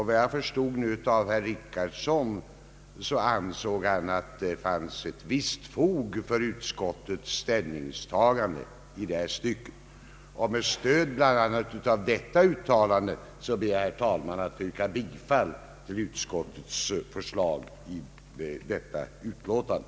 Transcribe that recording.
Vad jag förstått av herr Richardsons inlägg så ansåg han att det fanns ett visst fog för utskottets ställningstagande i det stycket. Och med stöd bl.a. av detta uttalande ber jag, herr talman, att få yrka bifall till utskottets förslag i detta utlåtande.